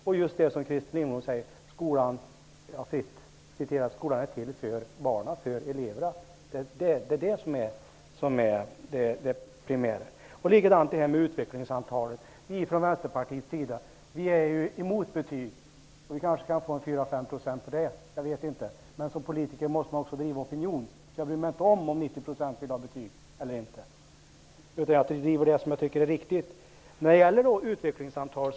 Jag tolkar det Christer Lindblom säger som: Skolan är till för barnen, för eleverna. Det är det primära. Vi i Vänsterpartiet är emot betyg. Vi kanske får 4 eller 5 % av den anledningen -- jag vet inte. Som politiker måste man också driva opinion, så jag bryr mig inte om ifall 90 % vill ha betyg, utan jag driver det som jag tycker är riktigt. Christer Lindblom och jag är överens om utvecklingssamtalen.